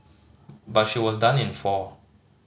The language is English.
but she was done in four